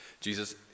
jesus